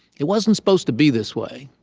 it wasn't supposed to be this way.